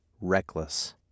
reckless